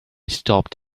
stopped